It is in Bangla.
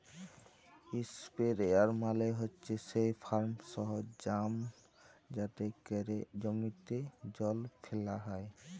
ইসপেরেয়ার মালে হছে সেই ফার্ম সরলজাম যাতে ক্যরে জমিতে জল ফ্যালা হ্যয়